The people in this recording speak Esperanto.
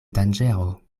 danĝero